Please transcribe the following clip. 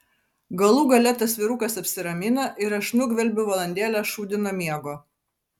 galų gale tas vyrukas apsiramina ir aš nugvelbiu valandėlę šūdino miego